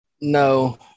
No